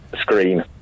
Screen